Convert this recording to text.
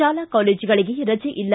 ಶಾಲಾ ಕಾಲೇಜಗಳಿಗೆ ರಜೆ ಇಲ್ಲ